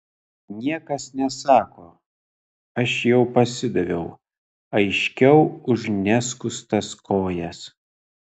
niekas nesako aš jau pasidaviau aiškiau už neskustas kojas